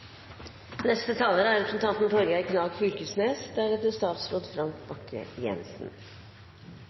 Neste taler er representanten